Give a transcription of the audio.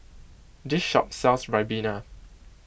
this shop sells Ribena